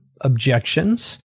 objections